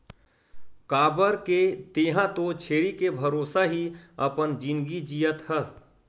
काबर के तेंहा तो छेरी के भरोसा ही अपन जिनगी जियत हस